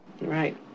Right